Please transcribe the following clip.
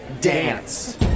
Dance